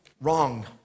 Wrong